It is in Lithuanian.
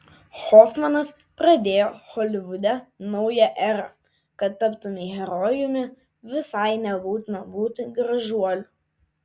hofmanas pradėjo holivude naują erą kad taptumei herojumi visai nebūtina būti gražuoliu